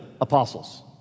apostles